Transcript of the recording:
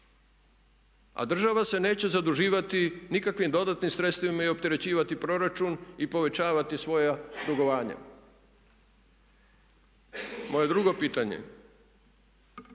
a država se neće zaduživati nikakvim dodatnim sredstvima i opterećivati proračun i povećavati svoja dugovanja. Moje drugo pitanje